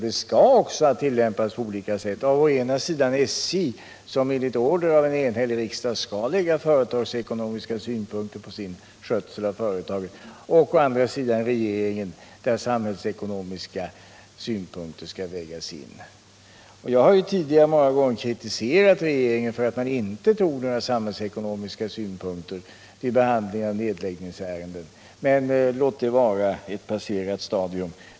Det skall också tillämpas på olika sätt av å ena sidan SJ, som enligt order av en enhällig riksdag skall lägga företagsekonomiska synpunker på sin verksamhet, och å andra sidan Nr 63 regeringen, som skall väga in samhällsekonomiska synpunkter. Torsdagen den Jag har tidigare många gånger kritiserat regeringen för att samhällsekono 19 januari 1978 miska synpunkter saknades vid behandlingen av nedläggningsärenden, men låt det vara ett passerat stadium.